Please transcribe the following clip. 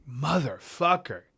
Motherfucker